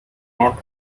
not